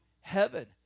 heaven